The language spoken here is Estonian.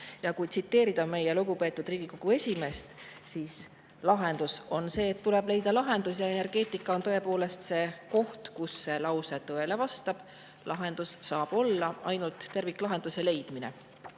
Ja kui tsiteerida meie lugupeetud Riigikogu esimeest, siis lahendus on see, et tuleb leida lahendus. Ja energeetika on tõepoolest see koht, kus see lause tõele vastab. Lahendus saab olla ainult terviklahenduse leidmine.